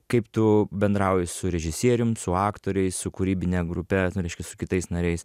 kaip tu bendrauji su režisierium su aktoriais su kūrybine grupe reiškia su kitais nariais